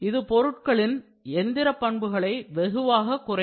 இது பொருட்களின் எந்திர பண்புகளை வெகுவாக குறைக்கும்